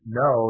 no